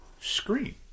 screen